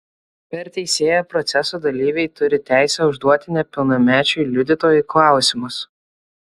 per teisėją proceso dalyviai turi teisę užduoti nepilnamečiui liudytojui klausimus